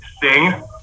sing